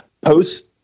post